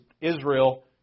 Israel